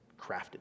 crafted